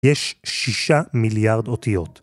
יש שישה מיליארד אותיות.